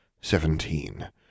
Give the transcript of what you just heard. seventeen